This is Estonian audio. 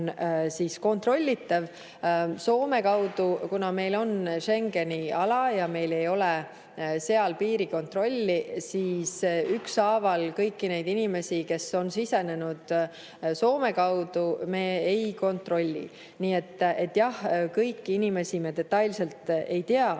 on kontrollitav. Soome kaudu [sisenejad] – kuna meil on Schengeni ala ja meil ei ole seal piirikontrolli, siis ükshaaval kõiki neid inimesi, kes sisenevad Soome kaudu, me ei kontrolli. Nii et jah, kõiki inimesi me detailselt ei tea.